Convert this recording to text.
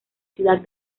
ciudad